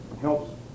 helps